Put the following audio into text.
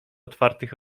otwartych